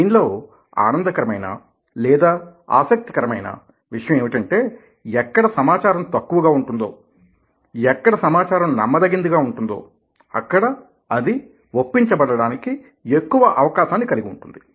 దీనిలో ఆనందకరమైన లేదా ఆసక్తికరమైన విషయం ఏమిటంటే ఎక్కడ సమాచారం తక్కువగా ఉంటుందో ఎక్కడ సమాచారం నమ్మదగినదిగా ఉంటుందో అక్కడ అది ఒప్పించబడడానికి ఎక్కువ అవకాశాన్ని కలిగి ఉంటుంది